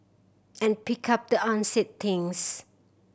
and pick up the unsaid things